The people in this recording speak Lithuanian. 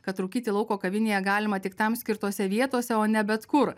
kad rūkyti lauko kavinėje galima tik tam skirtose vietose o ne bet kur